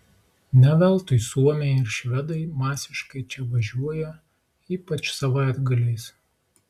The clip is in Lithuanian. ne veltui suomiai ir švedai masiškai čia važiuoja ypač savaitgaliais